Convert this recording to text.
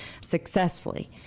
successfully